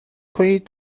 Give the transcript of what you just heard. کنید